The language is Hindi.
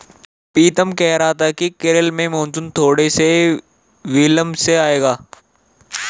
पीतम कह रहा था कि केरल में मॉनसून थोड़े से विलंब से आएगा